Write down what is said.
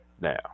Now